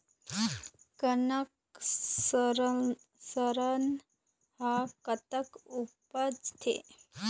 कनक सरना हर कतक उपजथे?